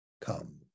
come